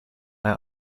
out